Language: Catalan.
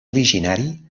originari